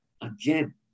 again